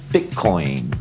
Bitcoin